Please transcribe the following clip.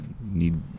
need